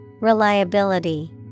Reliability